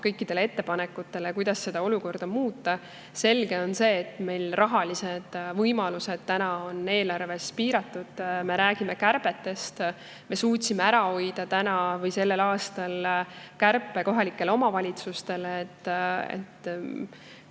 kõikidele ettepanekutele, kuidas olukorda muuta. Selge on, et meil rahalised võimalused on eelarves piiratud, me räägime kärbetest. Me suutsime ära hoida sellel aastal kohalikele omavalitsustele